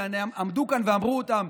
ועמדו כאן ואמרו אותם,